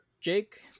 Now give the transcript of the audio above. Jake